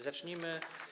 Zacznijmy.